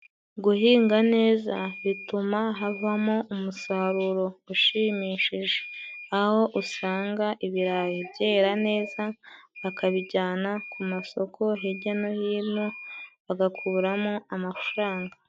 Guhinga neza bituma havamo umusaruro ushimishije, aho usanga ibirayi byera neza bakabijyana ku masoko hirya no hino bagakuramo amafaranga.